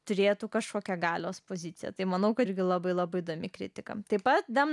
turėtų kažkokią galios poziciją tai manau kad irgi labai labai įdomi kritikams taip pat m